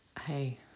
hey